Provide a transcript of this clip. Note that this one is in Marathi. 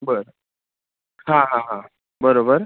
बर हां हां हां बरोबर